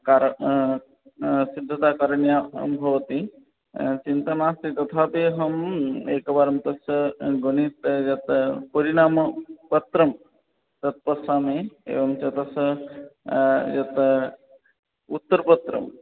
car सिद्धता करणीया भवति चिन्ता नास्ति तथापि अहम् एकवारं तस्य गणितं यत् परिणामपत्रं तत् पश्यामि एवं च तस्य यत् उत्तरपत्रं